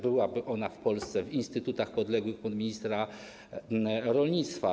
Byłaby ona w Polsce w instytutach podległych ministrowi rolnictwa.